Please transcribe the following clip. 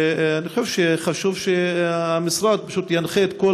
ואני חושב שחשוב שהמשרד ינחה את כל